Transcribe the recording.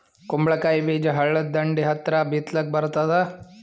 ಕುಂಬಳಕಾಯಿ ಬೀಜ ಹಳ್ಳದ ದಂಡಿ ಹತ್ರಾ ಬಿತ್ಲಿಕ ಬರತಾದ?